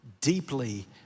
deeply